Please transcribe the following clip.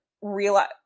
realize